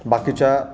बाकीच्या